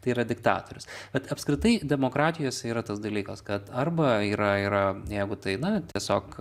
tai yra diktatorius bet apskritai demokratijose yra tas dalykas kad arba yra yra jeigu tai na tiesiog